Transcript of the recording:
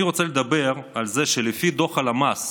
אני רוצה לדבר על זה שלפי דוח הלמ"ס